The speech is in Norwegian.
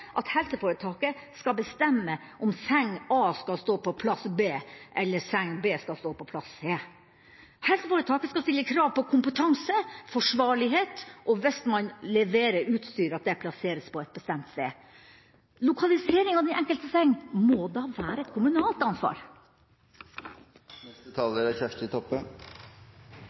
at helseforetaket skal bestemme om seng A skal stå på plass B, eller seng B skal stå på plass C. Helseforetaket skal stille krav til kompetanse, forsvarlighet og hvis man leverer utstyr, at det plasseres på et bestemt sted. Lokaliseringa av den enkelte seng må da være et kommunalt ansvar.